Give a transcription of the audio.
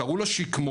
קראו לה שקמונה,